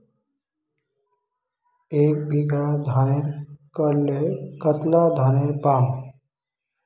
एक बीघा धानेर करले कतला धानेर पाम?